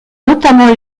notamment